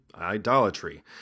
idolatry